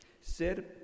ser